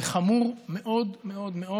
וחמור מאוד מאוד מאוד